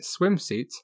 swimsuit